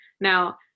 Now